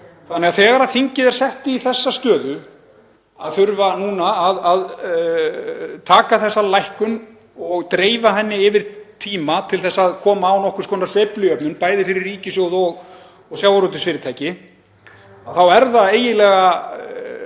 Þegar þingið er sett í þessa stöðu að þurfa núna að taka þessa lækkun og dreifa henni yfir tíma til að koma á nokkurs konar sveiflujöfnun, bæði fyrir ríkissjóð og sjávarútvegsfyrirtæki, þá er það eiginlega